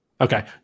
Okay